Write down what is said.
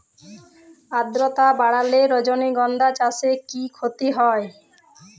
আদ্রর্তা বাড়লে রজনীগন্ধা চাষে কি ক্ষতি হয়?